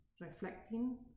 reflecting